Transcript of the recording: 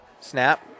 snap